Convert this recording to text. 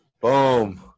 Boom